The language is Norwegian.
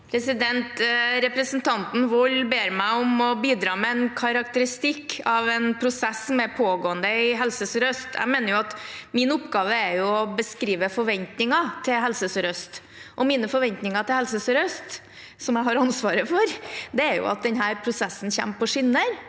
Representan- ten Wold ber meg om å bidra med en karakteristikk av en prosess som er pågående i Helse sør-øst. Jeg mener at min oppgave er å beskrive forventningene til Helse sørøst, og mine forventninger til Helse sør-øst, som jeg har ansvaret for, er at denne prosessen kommer på skinner.